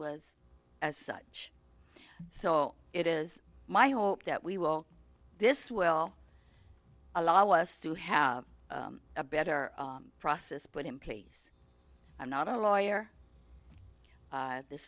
was as such so it is my hope that we will this will allow us to have a better process put in place i'm not a lawyer this